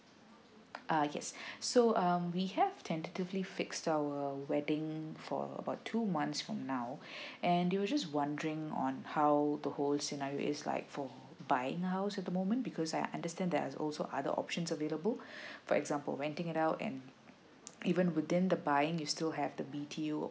uh yes so um we have tentatively fixed to our wedding for about two months from now and we were just wondering on how the whole scenario is like for buying house at the moment because I understand there's also other options available for example renting it out and even within the buying you still have the B_T_O